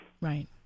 Right